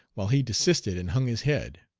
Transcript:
while he desisted and hung his head.